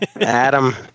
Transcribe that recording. Adam